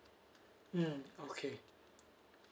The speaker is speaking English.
mm okay